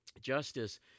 Justice